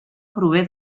prové